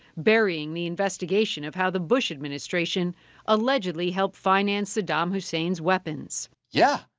burying the investigation of how the bush administration allegedly help finance saddam hussein's weapons. yeah,